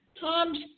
Tom's